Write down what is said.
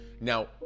Now